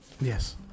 Yes